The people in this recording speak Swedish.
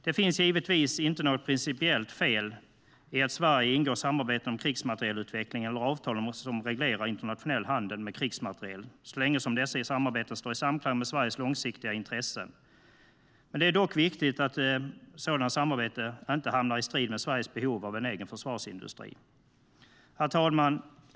Det finns givetvis inte något principiellt fel i att Sverige ingår samarbeten om krigsmaterielutveckling eller avtal som reglerar internationell handel med krigsmateriel, så länge dessa står i samklang med Sveriges långsiktiga intressen. Det är dock viktigt att sådana samarbeten inte hamnar i strid med Sveriges behov av egen försvarsindustri. Herr talman!